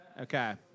Okay